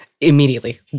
immediately